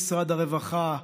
עם משרד הרווחה,